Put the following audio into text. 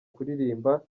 kuririmba